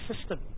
system